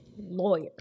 lawyer